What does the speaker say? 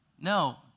No